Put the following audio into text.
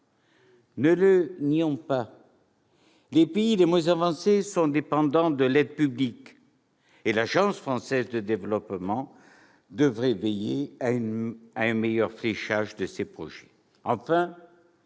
Ne le nions pas, les pays les moins avancés sont dépendants de l'aide publique. Et l'Agence française de développement devrait veiller à un meilleur fléchage de ses projets.